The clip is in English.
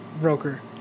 broker